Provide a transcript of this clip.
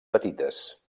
petites